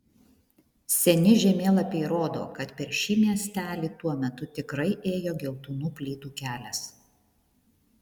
seni žemėlapiai rodo kad per šį miestelį tuo metu tikrai ėjo geltonų plytų kelias